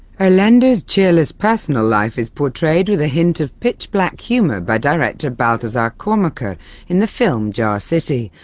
erlendur's cheerless personal life is portrayed with a hint of pitch-black humour by director baltasar kormakur in the film jar city,